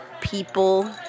people